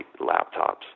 laptops